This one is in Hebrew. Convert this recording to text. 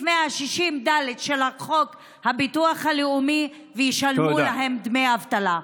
160(ד) לחוק הביטוח הלאומי ושישלמו להם דמי אבטלה.